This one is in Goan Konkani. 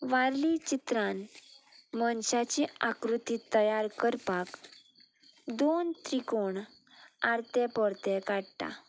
वारली चित्रान मनशाची आकृती तयार करपाक दोन त्रिकोण आर्ते पर्ते काडटा